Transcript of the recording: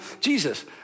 Jesus